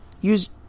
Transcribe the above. use